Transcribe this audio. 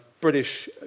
British